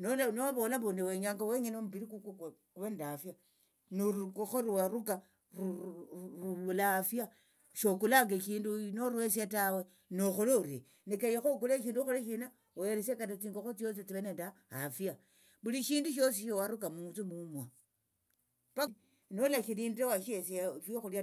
Nola novola mbu niwenyanga wenyene omumbiri kukwo kuve nende afia norukokho ruwaruka ruvula afia shokulanga edhindu noruhesia tawe nokhole orie nekenyekha okule eshindu okhole shina oheresie kata tsingokho tsiosi tsive nende hafia vuli shindu shosi shiwaruka munthu mumwo paka nolashilindire washiheresia shokhulia